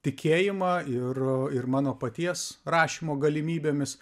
tikėjimą ir ir mano paties rašymo galimybėmis